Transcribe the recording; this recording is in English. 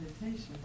meditation